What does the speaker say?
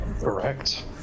Correct